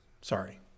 Sorry